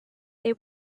they